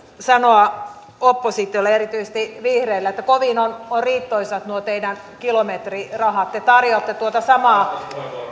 sanoa oppositiolle erityisesti vihreille että kovin ovat riittoisat nuo teidän kilometrirahat te tarjoatte tuota samaa